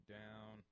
down